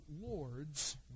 lords